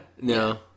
No